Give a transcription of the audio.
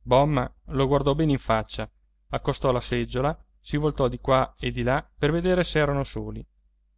bomma lo guardò bene in faccia accostò la seggiola si voltò di qua e di là per vedere s'erano soli